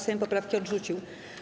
Sejm poprawki odrzucił.